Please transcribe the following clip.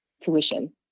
tuition